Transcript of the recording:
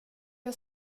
jag